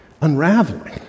unraveling